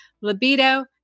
libido